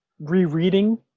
rereading